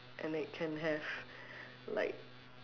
and it can have like